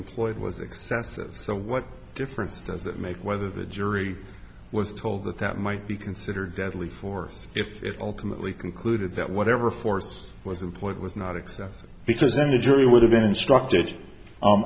employed was excessive so what difference does it make whether the jury was told that that might be considered deadly force if it ultimately concluded that whatever force was employed was not excessive because then the jury would have been instructed